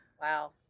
Wow